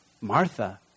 Martha